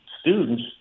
students